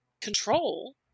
control